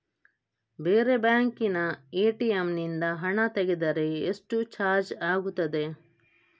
ಬೇರೆ ಬ್ಯಾಂಕಿನ ಎ.ಟಿ.ಎಂ ನಿಂದ ಹಣ ತೆಗೆದರೆ ಎಷ್ಟು ಚಾರ್ಜ್ ಆಗುತ್ತದೆ?